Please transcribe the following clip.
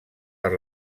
per